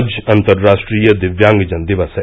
आज अंतर्राष्ट्रीय दिव्यांगजन दिवस है